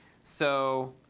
so,